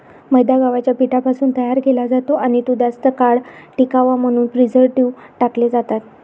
मैदा गव्हाच्या पिठापासून तयार केला जातो आणि तो जास्त काळ टिकावा म्हणून प्रिझर्व्हेटिव्ह टाकले जातात